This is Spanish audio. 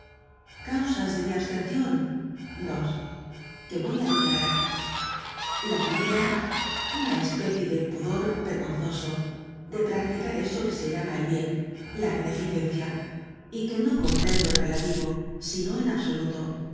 causas de mi abstención dos que voy á declarar la primera una especie de pudor vergonzoso de practicar eso que se llama el bien la beneficencia y que no comprendo en relativo sino en